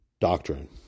doctrine